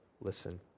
listen